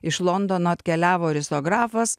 iš londono atkeliavo risografas